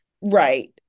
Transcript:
Right